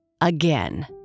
again